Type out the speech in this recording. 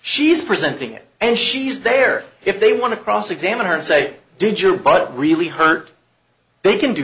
she's presenting it and she's there if they want to cross examine her and say did your butt really hurt they can do